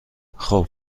خوب